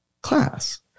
class